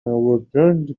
overturned